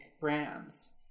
brands